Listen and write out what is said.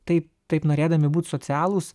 taip taip norėdami būt socialūs